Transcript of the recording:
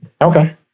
Okay